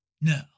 No